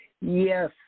Yes